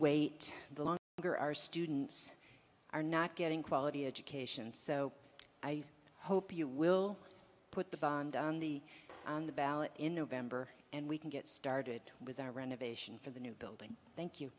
bigger our students are not getting quality education so i hope you will put the band on the on the ballot in november and we can get started with our renovation for the new building thank you